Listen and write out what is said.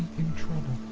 in trouble.